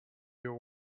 your